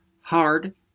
hard